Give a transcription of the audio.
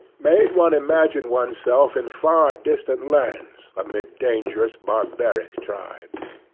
made one imagine one's self in far-distant lands, amid dangerous, barbaric tribes.